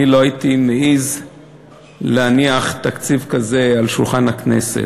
אני לא הייתי מעז להניח תקציב כזה על שולחן הכנסת.